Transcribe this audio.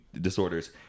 disorders